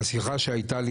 השיחה שהייתה לי,